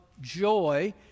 joy